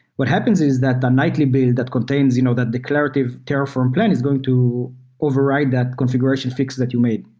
what happens is that the nightly bid that contains you know that declarative terraform plan is going to override that configuration fix that you made.